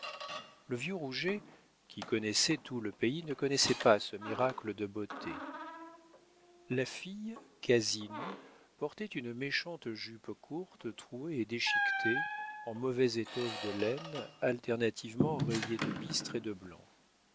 le vieux rouget qui connaissait tout le pays ne connaissait pas ce miracle de beauté la fille quasi nue portait une méchante jupe courte trouée et déchiquetée en mauvaise étoffe de laine alternativement rayée de bistre et de blanc